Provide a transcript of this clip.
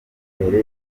mbere